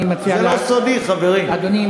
זה לא סודי, חברים.